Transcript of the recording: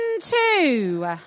two